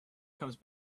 comes